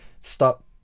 stop